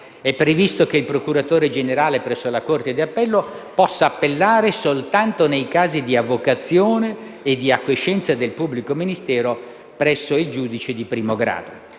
a prevedere che il procuratore generale presso la corte di appello possa appellare soltanto nei casi di avocazione e di acquiescenza del pubblico ministero presso il giudice di primo grado;